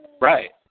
Right